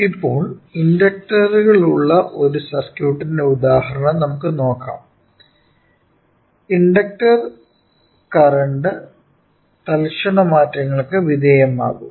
ഇപ്പോൾ ഇൻഡക്ടറുകളുള്ള ഒരു സർക്യൂട്ടിന്റെ ഉദാഹരണം നമുക്ക് നോക്കാം ഇൻഡക്ടർ കറന്റ് തൽക്ഷണ മാറ്റങ്ങൾക്ക് വിധേയമാകും